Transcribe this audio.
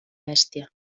bèstia